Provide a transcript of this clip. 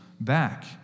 back